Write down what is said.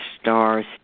stars